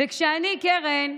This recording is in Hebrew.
וכשאני, קרן,